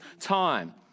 time